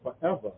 forever